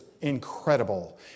incredible